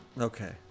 okay